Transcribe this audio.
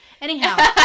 Anyhow